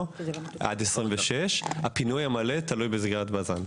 עד 2026. הפינוי המלא תלוי בסגירת בז"ן.